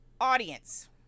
audience